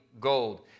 gold